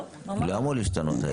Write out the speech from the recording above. לא אמור להשתנות.